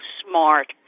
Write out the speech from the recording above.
smart